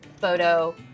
photo